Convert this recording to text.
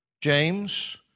James